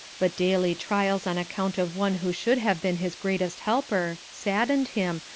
but daily trials on account of one who should have been his greatest helper, saddened him,